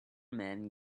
man